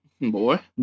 Boy